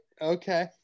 okay